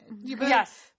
Yes